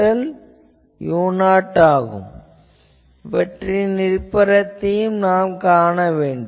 நாம் இவற்றின் இருப்பிடத்தைக் காண வேண்டும்